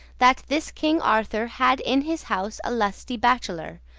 that this king arthour had in his house a lusty bacheler,